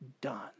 done